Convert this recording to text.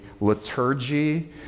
liturgy